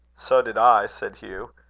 so did i, said hugh.